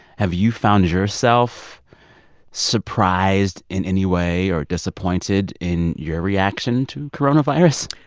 have you found yourself surprised in any way or disappointed in your reaction to coronavirus?